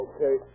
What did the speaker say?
Okay